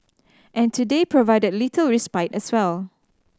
and today provided little respite as well